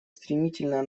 стремительно